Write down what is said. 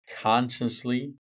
consciously